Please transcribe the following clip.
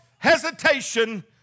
Hesitation